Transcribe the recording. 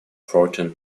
fourteen